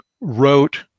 wrote